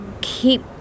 keep